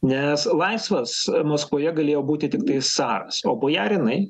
nes laisvas maskvoje galėjo būti tiktai caras o bojarinai